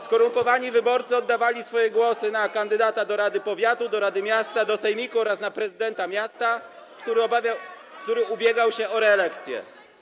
Skorumpowani wyborcy oddawali swoje głosy na kandydata do rady powiatu, do rady miasta, do sejmiku oraz na prezydenta miasta, który [[Poruszenie na sali]] ubiegał się o reelekcję.